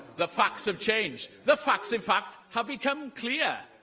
the facts have changed. the facts, in fact, have become clear.